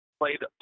played